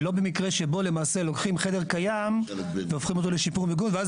ולא במקרה שבו למעשה לוקחים חדר קיים והופכים אותו לשיפור מיגון ואז